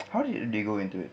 how did they go into it I